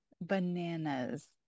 bananas